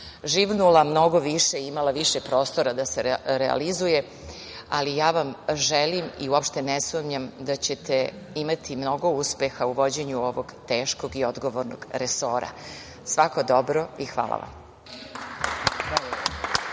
živnula mnogo više i imala više prostora da se realizuje, ali ja vam želim i uopšte ne sumnjam da ćete imati mnogo uspeha u vođenju ovog teškog i odgovornog resora. Svako dobro i hvala vam.